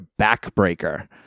backbreaker